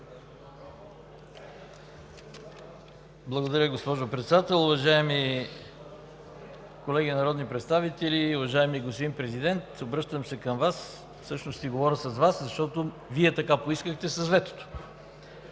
Благодаря, госпожо Председател. Уважаеми колеги народни представители! Уважаеми господин Президент, обръщам се към Вас, всъщност ще си говоря с Вас, защото Вие така поискахте с ветото.